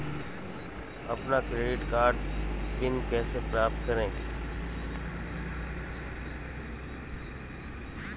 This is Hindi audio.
अपना डेबिट कार्ड पिन कैसे प्राप्त करें?